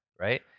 right